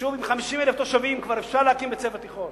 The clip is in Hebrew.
ביישוב עם 50,000 תושבים כבר אפשר להקים בית-ספר תיכון,